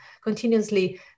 continuously